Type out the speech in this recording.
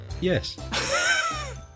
Yes